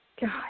God